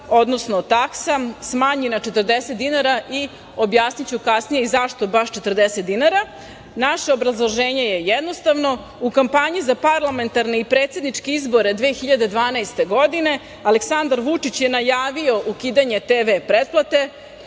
odnosno taksa, smanji na 40 dinara i objasniću kasnije zašto baš 40 dinara. Naše obrazloženje je jednostavno. U kampanji za parlamentarne i predsedničke izbore 2012. godine Aleksandar Vučić je najavio ukidanje TV pretplate